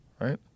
Right